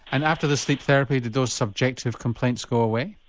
and after the sleep therapy did those subjective complaints go away?